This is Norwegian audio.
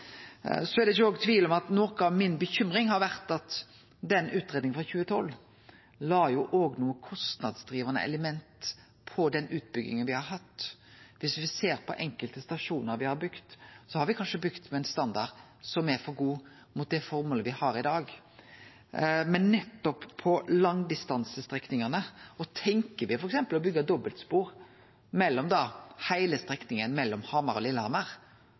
er heller ingen tvil om at noko av mi bekymring har vore at den utgreiinga frå 2012 la nokre kostnadsdrivande element på den utbygginga me har hatt. Ser me på enkelte stasjonar me har bygt, har me kanskje bygt med ein standard som er for god til det formålet me har i dag. Men om me f.eks., nettopp på langdistansestrekningane, tenkjer å byggje dobbeltspor på heile strekninga mellom Hamar og